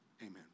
Amen